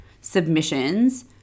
submissions